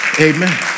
Amen